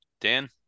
dan